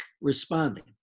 responding